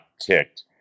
ticked